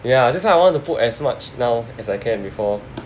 yeah that's why I want to put as much now as I can before